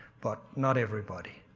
but not everybody.